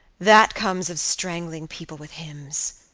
that comes of strangling people with hymns!